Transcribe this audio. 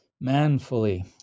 manfully